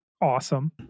awesome